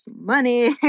money